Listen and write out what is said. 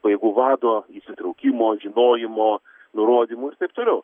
pajėgų vado įsitraukimo žinojimo nurodymų ir taip toliau